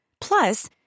Plus